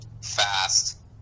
fast